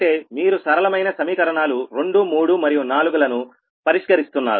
అంటే మీరు సరళమైన సమీకరణాలు రెండు మూడు మరియు నాలుగు లను పరిష్కరిస్తున్నారు